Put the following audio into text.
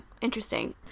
Interesting